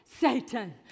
satan